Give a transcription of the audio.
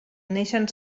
neixen